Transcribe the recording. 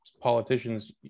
politicians